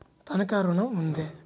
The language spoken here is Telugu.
తనఖా ఋణం ఉందా?